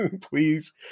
please